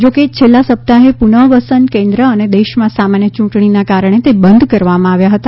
જો કે છેલ્લા સપ્તાહે પુનઃવસન કેન્દ્ર અને દેશમાં સામાન્ય ચૂંટણીના કારણે તે બંધ કરવામાં આવ્યા હતા